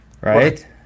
right